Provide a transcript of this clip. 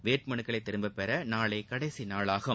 வேட்பு மனுக்களை திரும்பப்பெற நாளை கடைசி நாளாகும்